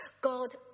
God